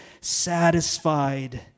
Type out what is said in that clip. satisfied